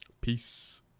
Peace